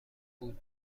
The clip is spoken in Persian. بود